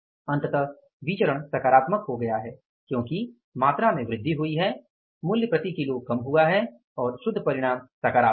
अंततः विचरण सकारात्मक हो गया है क्योंकि मात्रा में वृद्धि हुई है मूल्य प्रति किलो कम हुआ है और शुद्ध परिणाम सकारात्मक है